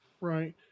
Right